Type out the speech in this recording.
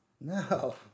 No